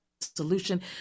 solution